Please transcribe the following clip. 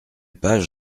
page